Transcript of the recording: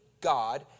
God